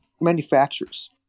manufacturers